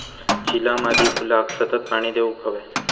झिला मादी फुलाक सतत पाणी देवक हव्या